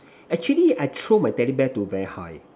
actually I throw my teddy bear to very high